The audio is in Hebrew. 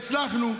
והצלחנו.